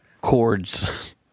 chords